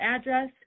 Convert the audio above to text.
address